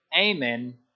Amen